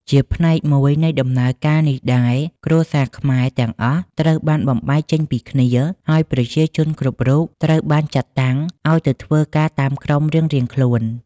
ជាផ្នែក មួយនៃដំណើរការនេះដែរ គ្រួសារខ្មែរទាំងអស់ត្រូវបានបំបែកចេញពីគ្នា ហើយប្រជាជនគ្រប់រូបត្រូវបានចាត់តាំងឱ្យទៅ ធ្វើការតាមក្រុមរៀងៗខ្លួន ។